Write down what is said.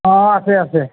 অ আছে আছে